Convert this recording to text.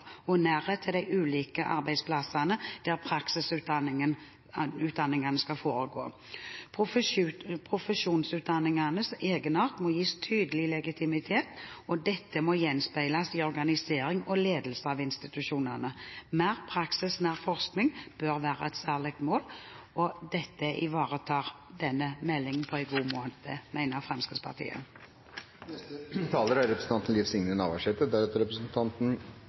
og nærhet til de ulike arbeidsplassene der praksisutdanningene skal foregå. Profesjonsutdanningenes egenart må gis tydelig legitimitet, og dette må gjenspeiles i organiseringen og ledelsen av institusjonene. Mer praksisnær forskning bør være et særlig mål. Dette ivaretar denne meldingen på en god